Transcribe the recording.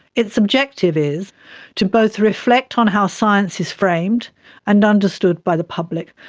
its objective is to both reflect on how science is framed and understood by the public,